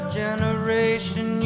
generation